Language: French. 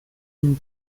une